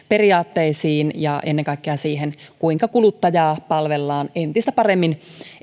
periaatteisiin ja ennen kaikkea siihen kuinka kuluttajaa palvellaan entistä paremmin